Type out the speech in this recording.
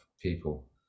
people